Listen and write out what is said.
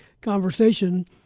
conversation